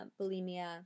bulimia